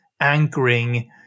anchoring